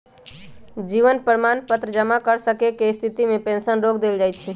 जीवन प्रमाण पत्र जमा न कर सक्केँ के स्थिति में पेंशन रोक देल जाइ छइ